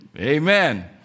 Amen